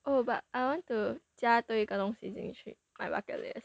oh but I want to 加多一个东西进去 my bucket list